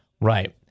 Right